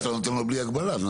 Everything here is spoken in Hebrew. אבל בגלל שאתה נותן לו בלי הגבלה,